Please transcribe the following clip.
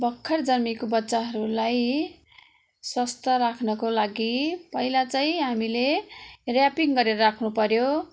भर्खर जन्मेको बच्चाहरूलाई स्वास्थ राख्नको लागि पहिला चाहिँ हामीले र्यापिङ् गरेर राख्नु पर्यो